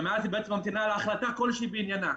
ומאז היא ממתינה להחלטה כלשהי בעניינה,